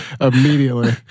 Immediately